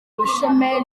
ubushomeri